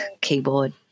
keyboard